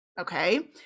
okay